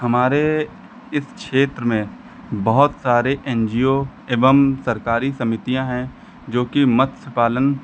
हमारे इस क्षेत्र में बहुत सारे एन जी ओ एवं सरकारी समितियाँ हैं जो की मत्स्य पालन